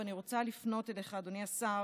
ואני רוצה לפנות אליך, אדוני השר.